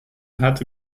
hatte